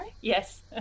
Yes